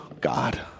God